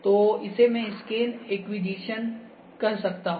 तो इसे मैं स्कैन एक्वीजीशनकह सकता हूँ